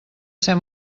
ser